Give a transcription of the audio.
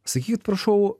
sakykit prašau